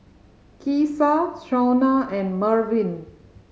Keesha Shaunna and Mervin